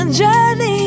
journey